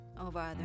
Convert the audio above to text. over